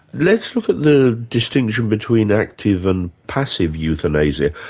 let's look at the distinction between active and passive euthanasia.